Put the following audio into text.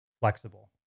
flexible